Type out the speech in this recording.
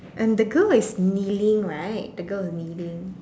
and the girl is kneeling right the girl is kneeling